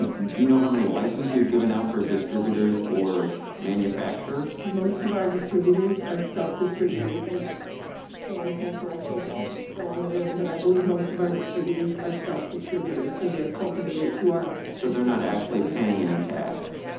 do you know how many license we've given out for distributors or manufacturers? most of our distributors are self-distributors. and sam can correct me if he's still in the room, but i believe most of our distributors are self-distributors. so they're cultivators who are so they're not actually paying any tax,